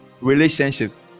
relationships